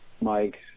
Mike